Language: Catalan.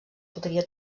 podria